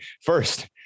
first